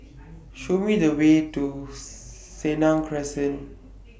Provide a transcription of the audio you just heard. Show Me The Way to Senang Crescent